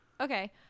Okay